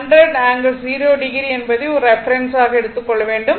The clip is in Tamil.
100 ∠0o என்பதை ஒரு ரெஃபெரென்ஸ் ஆக எடுத்துக் கொள்ள வேண்டும்